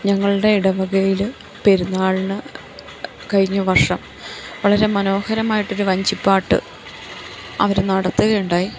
ഞങ്ങളുടെ ഇടവകയില് പെരുന്നാളിന് കഴിഞ്ഞ വർഷം വളരെ മനോഹരമായിട്ടൊരു വഞ്ചിപ്പാട്ട് അവര് നടത്തുകയുണ്ടായി